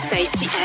Safety